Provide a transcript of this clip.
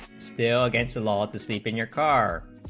still gets a law to seep in your car